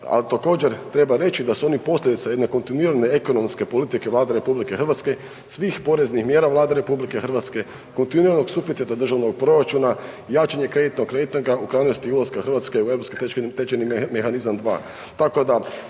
Al također treba reći da su oni posljedica jedne kontinuirane ekonomske politike Vlade RH, svih poreznih mjera Vlade RH, kontinuiranog suficita državnog proračuna, jačanje kreditnog rejtinga u krajnosti ulaska Hrvatske u europski tečajni mehanizam 2.